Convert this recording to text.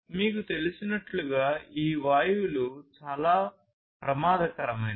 మీకు తెలిసినట్లుగా ఈ వాయువులు చాలా ప్రమాదకరమైనవి